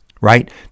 right